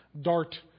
DART